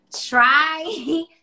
try